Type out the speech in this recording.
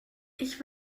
ich